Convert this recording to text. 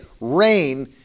rain